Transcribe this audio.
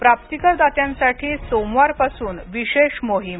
प्राप्तीकरदात्यांसाठी सोमवारपासून विशेष मोहीम